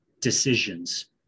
decisions